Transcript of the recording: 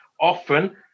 often